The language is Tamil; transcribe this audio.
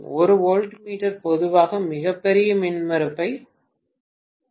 ஒரு வோல்ட்மீட்டர் பொதுவாக மிகப் பெரிய மின்மறுப்பை வழங்குகிறது